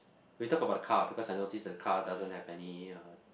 we'll talk about the car because I notice that the car doesn't have any uh